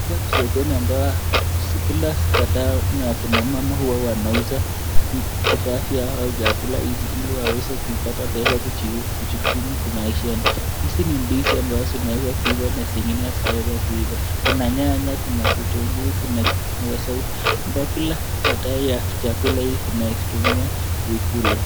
Hapa ni sokoni ambao kila kadhaa. Na kinamama wanauza vitu vivaa vyao, chakula ili waweze kuipata pesa kujikimu kimaishani. Hizi ni ndizi ambazo zinaweza kuiva na zingine hazijaweza kuiva. Kuna nyanya , kuna vitunguu, kuna vinasa sauti ambao kila kadhaa ya chakula vinatumia kuikula.